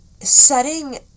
setting